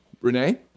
Renee